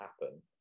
happen